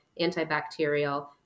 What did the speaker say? antibacterial